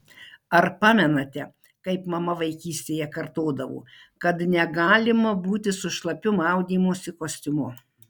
ar pamenate kaip mama vaikystėje kartodavo kad negalima būti su šlapiu maudymosi kostiumu